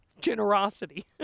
Generosity